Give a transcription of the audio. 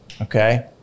Okay